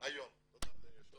תודה אדוני היושב ראש.